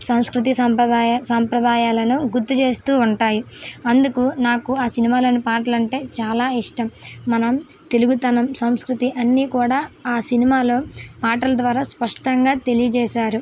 సంస్కృతి సంప్రదాయ సాంప్రదాయాలను గుర్తు చేస్తూ ఉంటాయి అందుకు నాకు ఆ సినిమాలోని పాటలు అంటే చాలా ఇష్టం మనం తెలుగుతనం సంస్కృతి అన్నీ కూడా ఆ సినిమాలో పాటల ద్వారా స్పష్టంగా తెలియజేశారు